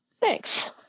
Thanks